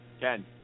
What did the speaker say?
Ken